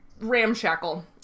ramshackle